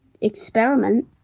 experiment